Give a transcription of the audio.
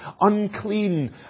unclean